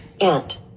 ant